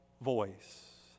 voice